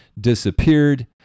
disappeared